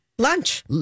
Lunch